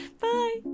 Bye